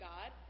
God